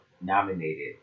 nominated